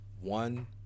one